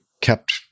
kept